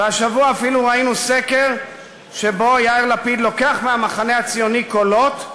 השבוע אפילו ראינו סקר שבו יאיר לפיד לוקח מהמחנה הציוני קולות,